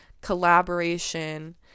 collaboration